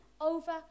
over